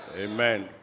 amen